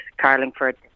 carlingford